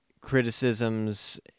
criticisms